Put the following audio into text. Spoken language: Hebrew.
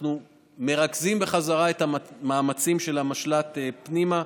אנחנו מרכזים בחזרה את המאמצים של המשל"ט פנימה,